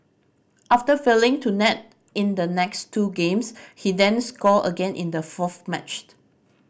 after failing to net in the next two games he then scored again in the fourth matched